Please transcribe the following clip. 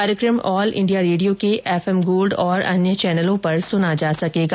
कार्यक्रम all India radio के F M gold और अन्य चैनलों पर सुना जा सकेगा